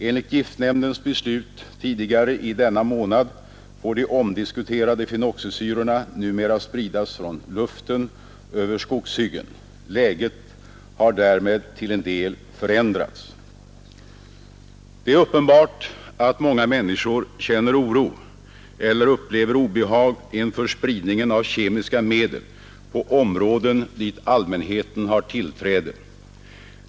Enligt giftnämndens beslut tidigare i denna månad får de omdiskuterade fenoxisyrorna numera spridas från luften över skogshyggen. Läget har därmed till en del förändrats. Det är uppenbart att många människor känner oro eller upplever obehag inför spridningen av kemiska medel på områden dit allmänheten har tillträde.